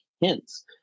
hints